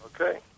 Okay